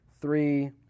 three